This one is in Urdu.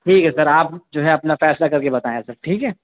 ٹھیک ہے سر آپ جو ہے اپنا فیصلہ کر کے بتائیں سر ٹھیک ہے